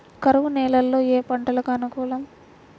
కరువు నేలలో ఏ పంటకు అనుకూలం?